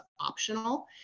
optional